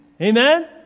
Amen